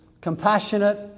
compassionate